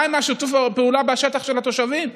מה עם שיתוף הפעולה של התושבים בשטח?